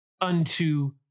unto